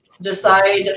decide